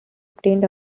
obtained